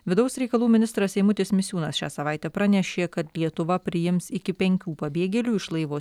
vidaus reikalų ministras eimutis misiūnas šią savaitę pranešė kad lietuva priims iki penkių pabėgėlių iš laivo